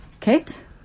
Kate